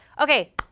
Okay